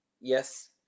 yes